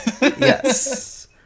Yes